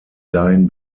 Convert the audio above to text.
dahin